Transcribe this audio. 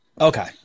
Okay